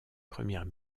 premières